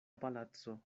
palaco